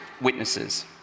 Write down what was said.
witnesses